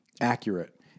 accurate